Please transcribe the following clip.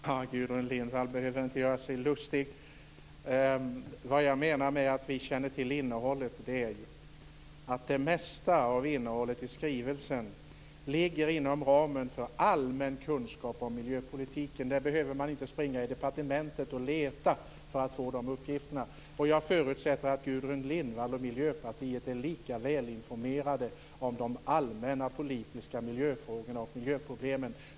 Herr talman! Gudrun Lindvall behöver inte göra sig lustig. Vad jag menar med att vi känner till innehållet är att det mesta av skrivelsens innehåll ligger inom ramen för allmän kunskap om miljöpolitiken. Man behöver inte springa på departementet och leta för att få de uppgifterna. Jag förutsätter att Gudrun Lindvall och Miljöpartiet är lika välinformerade om de allmänna politiska miljöfrågorna och miljöproblemen.